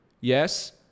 Yes